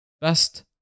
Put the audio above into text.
best